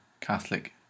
Catholic